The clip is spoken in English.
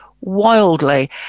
wildly